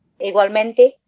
Igualmente